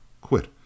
Quit